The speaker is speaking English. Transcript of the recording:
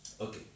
Okay